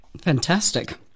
Fantastic